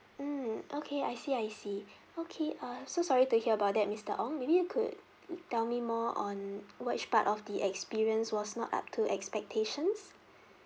mm okay I see I see okay uh so sorry to hear about that mister ong maybe you could tell me more on which part of the experience was not up to expectations